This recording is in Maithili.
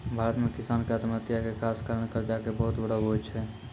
भारत मॅ किसान के आत्महत्या के खास कारण कर्जा के बहुत बड़ो बोझ छै